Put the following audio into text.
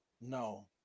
No